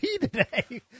today